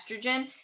estrogen